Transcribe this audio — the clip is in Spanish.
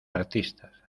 artistas